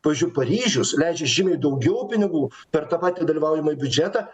pavyzdžiui paryžius leidžia žymiai daugiau pinigų per tą patį dalyvaujamąjį biudžetą